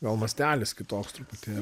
gal mastelis kitoks truputėlį